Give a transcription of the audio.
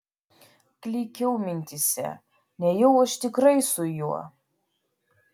klykiau mintyse nejau aš tikrai su juo